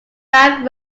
bagh